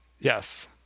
Yes